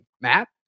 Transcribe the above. Matt